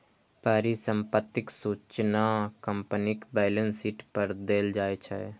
परिसंपत्तिक सूचना कंपनीक बैलेंस शीट पर देल जाइ छै